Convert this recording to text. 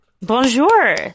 Bonjour